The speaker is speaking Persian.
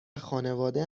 خانواده